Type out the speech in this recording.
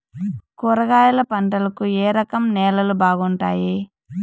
కూరగాయల పంటలకు ఏ రకం నేలలు బాగుంటాయి?